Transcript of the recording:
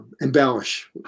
embellish